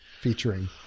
featuring